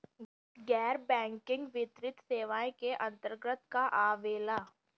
गैर बैंकिंग वित्तीय सेवाए के अन्तरगत का का आवेला?